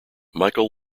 michael